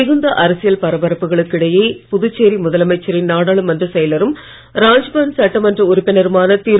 மிகுந்த அரசியல் பரபரப்புகளுக்கு இடையே புதுச்சேரி முதலமைச்சரின் நாடாளுமன்ற செயலரும் ராஜ்பவன் சட்டமன்ற உறுப்பினருமான திரு